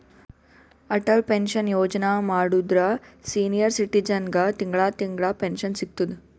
Atal pension Yojana ಮಾಡುದ್ರ senior ಸಿಟಿಜನ್ಗ ತಿಂಗಳಾ ತಿಂಗಳಾ ಪೆನ್ಶನ್ ಸಿಗ್ತುದ್